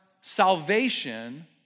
salvation